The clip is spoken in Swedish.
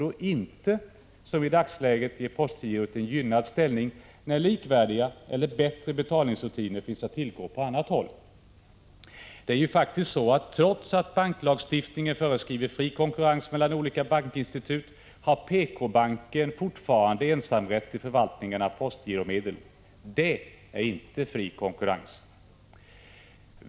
1985/86:143 i dagsläget ge postgirot en gynnad ställning när likvärdiga eller bättre 15 maj 1986 betalningsrutiner finns att tillgå på annat håll. Det är ju faktiskt så, att trots att banklagstiftningen föreskriver fri konkurrens mellan olika bankinstitut, har PK-banken fortfarande ensamrätt till förvaltningen av postgiromedel. Det är inte fri konkurrens!